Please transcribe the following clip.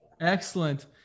Excellent